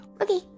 Okay